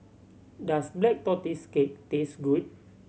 does Black Tortoise Cake taste good